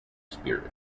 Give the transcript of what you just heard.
spirit